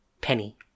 Penny